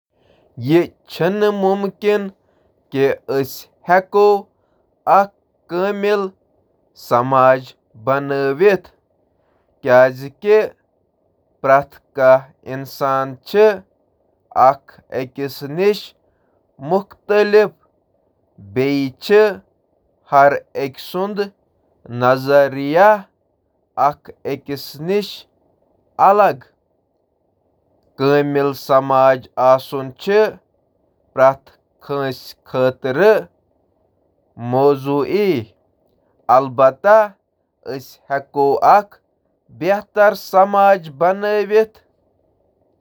نہ، اکھ کامل معاشرٕ حٲصِل کرُن چھُنہٕ مُمکِن، مگر بہتر معاشرٕ خٲطرٕ کوٗشِش کرٕنۍ چھِ مُمکِن: